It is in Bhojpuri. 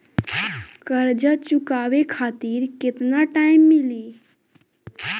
कर्जा चुकावे खातिर केतना टाइम मिली?